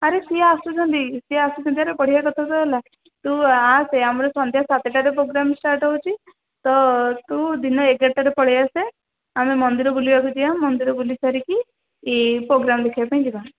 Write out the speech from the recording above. ଆରେ ସିଏ ଆସୁଛନ୍ତି ସିଏ ଆସୁଛନ୍ତି ବଢ଼ିଆ କଥା ତ ହେଲା ତୁ ଆସେ ଆମର ସନ୍ଧ୍ୟା ସାତଟାରେ ପୋଗ୍ରାମ୍ ଷ୍ଟାର୍ଟ୍ ହେଉଛି ତ ତୁ ଦିନ ଏଗାରଟାରେ ପଳେଇ ଆସେ ଆମେ ମନ୍ଦିର ବୁଲିବାକୁ ଯିବା ମନ୍ଦିର ବୁଲିସାରିକି ପୋଗ୍ରାମ୍ ଦେଖିବା ପାଇଁ ଯିବା